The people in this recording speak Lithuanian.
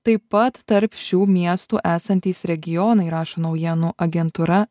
taip pat tarp šių miestų esantys regionai rašo naujienų agentūra